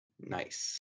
Nice